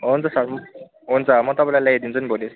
हुन्छ सर हुन्छ म तपाईँलाई ल्याइदिन्छु नि भोलि